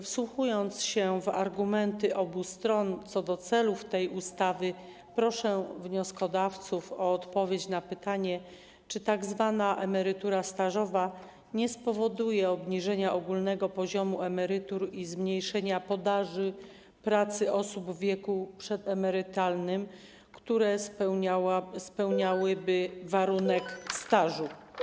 Wsłuchując się w argumenty obu stron na temat celów tej ustawy, proszę wnioskodawców o odpowiedź na pytanie, czy tzw. emerytura stażowa nie spowoduje obniżenia ogólnego poziomu emerytur i zmniejszenia podaży pracy osób w wieku przedemerytalnym, które spełniałyby warunek stażu.